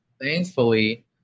thankfully